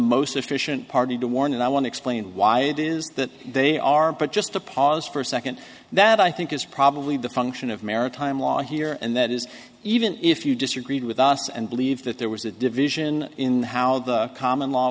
most efficient party to warn and i want to explain why it is that they are but just to pause for a second that i think is probably the function of maritime law here and that is even if you disagreed with us and believe that there was a division in how the common law